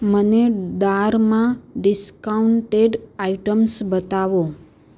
મને દાળમાં discounted items બતાવો